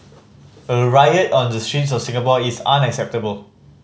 a riot on the streets of Singapore is unacceptable